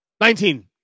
Nineteen